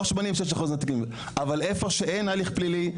אבל איפה שאין הליך פלילי,